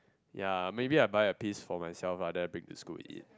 ya maybe I buy a piece for myself lah then I bring to school and eat